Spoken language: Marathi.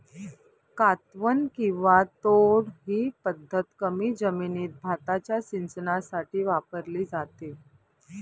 कातवन किंवा तोड ही पद्धत कमी जमिनीत भाताच्या सिंचनासाठी वापरली जाते